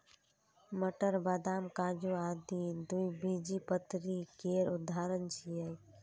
मटर, बदाम, काजू आदि द्विबीजपत्री केर उदाहरण छियै